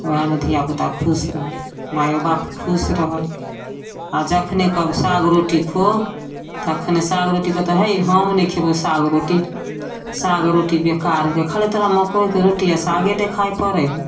वएहमे धियापुता खुश रहल माइयो बाप खुश रहल आ जखने कहब साग रोटी खो तखने साग रोटी कहतै है हम नहि खेबौ साग रोटी साग रोटी बेकार हैके खाली तोरा मकइके रोटी आ सागे देखाय पड़ै हौ